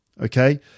Okay